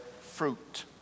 fruit